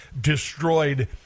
destroyed